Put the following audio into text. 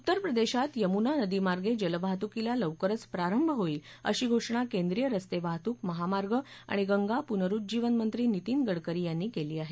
उत्तर प्रदेशात यमुना नदी मार्गे जलवाहतुकीला लवरकच प्रारंभ होईल अशी घोषणा केंद्रीय रस्ते वाहतूक महामार्ग आणि गंगा पुनरुज्जीवनमंत्री नितीन गडकरी यांनी केली आहे